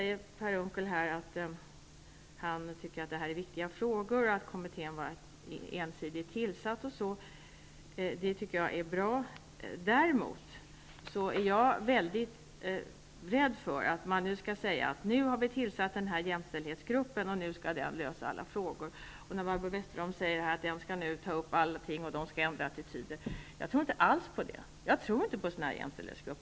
Per Unckel säger att han tycker att det här är viktiga frågor och att kommittén var ensidigt tillsatt, och det är bra. Däremot är jag mycket rädd för att man skall säga, att nu har vi tillsatt jämställdhetsgruppen och nu skall den lösa alla frågor. Barbro Westerholm säger att den skall ta upp allting och ändra attityder. Jag tror inte alls på det. Jag tror inte på jämställdhetsgrupper.